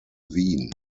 wien